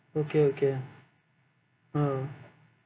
okay okay oh